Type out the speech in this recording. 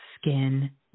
skin